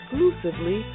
Exclusively